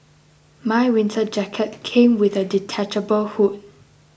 my winter jacket came with a detachable hood